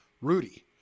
Rudy